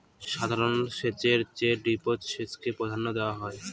সাধারণ সেচের চেয়ে ড্রিপ সেচকে প্রাধান্য দেওয়া হয়